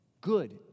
good